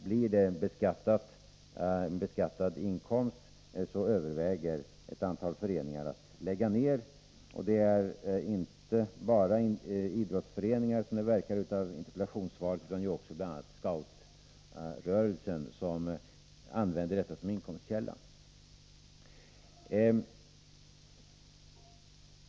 Blir det en beskattad inkomst överväger ett antal föreningar att lägga ned pappersinsamlingen, och det är inte bara idrottsföreningar, som det verkar av interpellationssvaret, utan också bl.a. scoutrörelsen som använder detta som inkomstkälla.